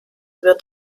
wird